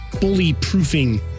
bully-proofing